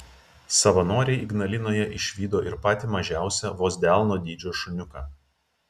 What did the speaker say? savanoriai ignalinoje išvydo ir patį mažiausią vos delno dydžio šuniuką